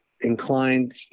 inclined